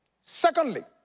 Secondly